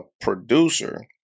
producer